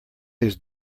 his